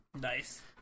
nice